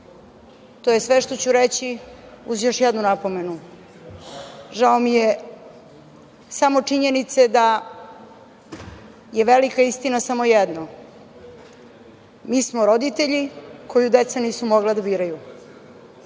je sve što ću reći, uz još jednu napomenu. Žao mi je samo činjenice da je velika istina samo jedno. Mi smo roditelji koju deca nisu mogla da biraju,